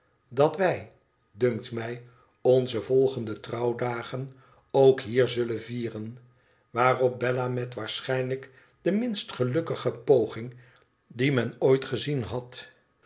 dat wij dankt mij onze volgende trouwdagen ook hier zullen vieren waarop bella met waarschijnlijk de minst gelukkige poging die men ooit gezien had